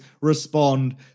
respond